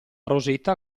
rosetta